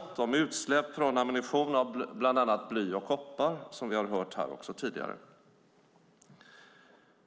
Det handlar om utsläpp från ammunition av bland annat bly och koppar, som vi har hört tidigare.